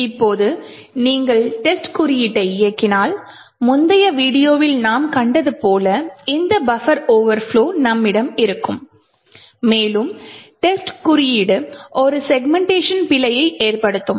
இப்போது நீங்கள் டெஸ்ட் குறியீட்டை இயக்கினால் முந்தைய வீடியோவில் நாம் கண்டது போல இந்த பஃபர் ஓவர்ப்லொ நம்மிடம் இருக்கும் மேலும் டெஸ்ட் குறியீடு ஒரு செக்மென்ட்டேஷன் பிழையை ஏற்படுத்தும்